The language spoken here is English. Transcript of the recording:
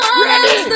Ready